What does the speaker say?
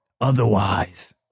otherwise